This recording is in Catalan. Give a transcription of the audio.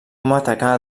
matacà